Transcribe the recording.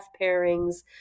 pairings